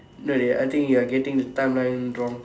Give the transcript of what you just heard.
no dey I think you are getting the timeline wrong